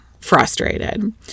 frustrated